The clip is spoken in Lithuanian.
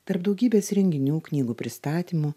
tarp daugybės renginių knygų pristatymų